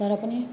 तर पनि